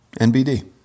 NBD